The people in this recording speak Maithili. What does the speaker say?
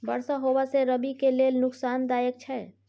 बरसा होबा से रबी के लेल नुकसानदायक छैय?